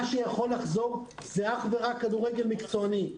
מה שיכול לחזור זה אך ורק כדורגל מקצועני,